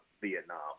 Vietnam